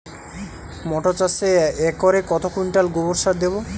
মটর চাষে একরে কত কুইন্টাল গোবরসার দেবো?